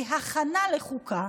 כהכנה לחוקה,